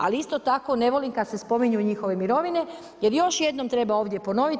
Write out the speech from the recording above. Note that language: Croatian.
Ali isto tako ne volim kad se spominju njihove mirovine jer još jednom treba ovdje ponoviti.